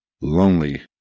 lonely